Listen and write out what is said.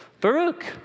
Baruch